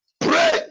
Pray